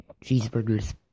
cheeseburgers